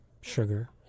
sugar